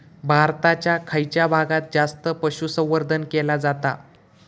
भारताच्या खयच्या भागात जास्त पशुसंवर्धन केला जाता?